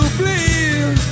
please